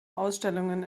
ausstellungen